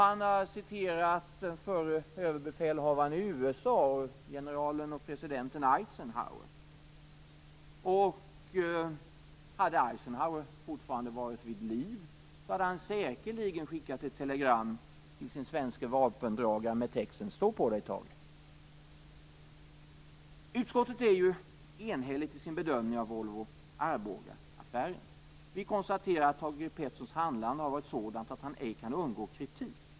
Han har citerat den förre överbefälhavaren i USA, generalen och presidenten Eisenhower. Hade Eisenhower fortfarande varit vid liv hade han säkerligen skickat ett telegram till sin svenske vapendragare med texten: Stå på dig, Thage! Utskottet är enigt i sin bedömning av Volvo Arbogaaffären.